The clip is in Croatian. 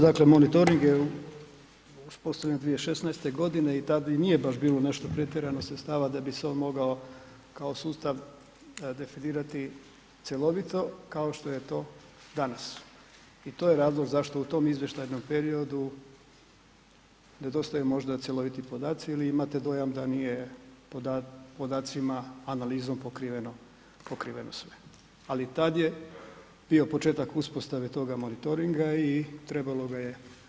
Dakle, monitoring je uspostavljen 2016. i tada nije bilo nešto pretjerano sredstava da bi se on mogao kao sustav definirati cjelovito kao što je to danas i to je razlog zašto u tom izvještajnom periodu nedostaju možda cjeloviti podaci ili imate dojam da nije podacima analizom pokriveno, pokriveno sve, ali tad je bio početak uspostave toga monitoringa i trebalo ga je uspostaviti.